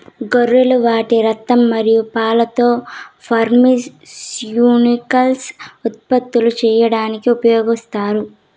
గొర్రెలు వాటి రక్తం మరియు పాలతో ఫార్మాస్యూటికల్స్ ఉత్పత్తులు చేయడానికి ఉపయోగిస్తారు